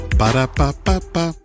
ba-da-ba-ba-ba